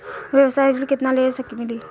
व्यवसाय ऋण केतना ले मिली?